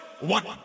One